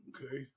Okay